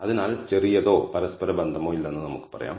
അതിനാൽ ചെറിയതോ പരസ്പര ബന്ധമോ ഇല്ലെന്ന് നമുക്ക് പറയാം